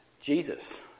Jesus